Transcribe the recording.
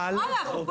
הוא לא הלך.